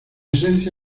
esencia